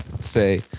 Say